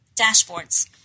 dashboards